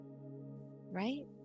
right